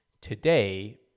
today